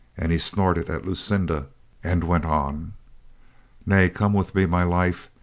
and he snorted at lucinda and went on nay, come with me, my life,